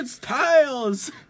Tiles